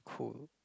cool